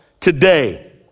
today